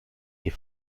ihr